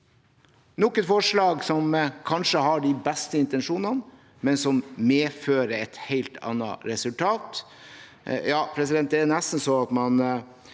et forslag som kanskje har de beste intensjonene, men som medfører et helt annet resultat.